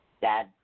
Dad